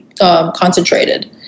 concentrated